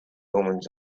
omens